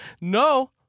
no